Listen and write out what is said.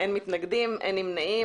אין נמנעים,